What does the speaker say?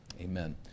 Amen